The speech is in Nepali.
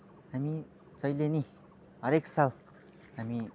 हामी जहिले पनि हरेक साल हामी